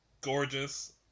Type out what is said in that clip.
gorgeous